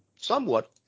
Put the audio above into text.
somewhat